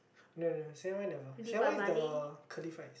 no no no C_N_Y never C_N_Y is the curly fry